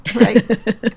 right